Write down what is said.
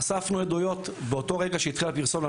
אספנו עדויות, באותו רגע שהתחיל הפרסום לצאת,